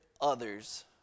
others